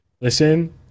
listen